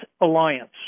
Alliance